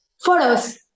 Photos